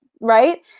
Right